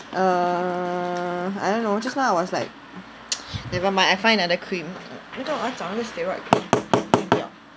err I don't know just now I was like never mind I find another cream later 我要找那个 steroid cream 不见掉